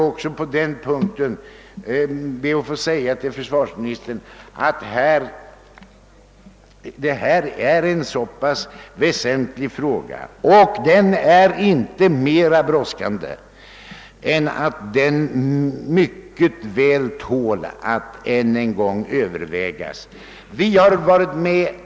Jag skall på den punkten be att få säga till försvarsministern att denna fråga är mycket väsentlig, men inte mer brådskande än att den mycket väl tål att övervägas ytterligare en gång.